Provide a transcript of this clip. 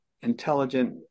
intelligent